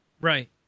Right